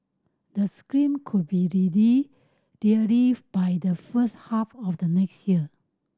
the scheme could be ready by the first half of the next year